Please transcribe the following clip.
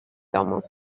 domu